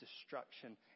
destruction